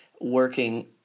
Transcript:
working